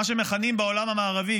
מה שמכנים בעולם המערבי,